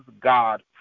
God